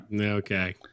Okay